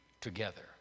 together